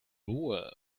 oboe